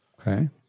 Okay